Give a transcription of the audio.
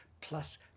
Plus